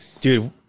dude